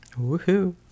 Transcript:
Woohoo